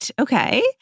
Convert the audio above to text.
Okay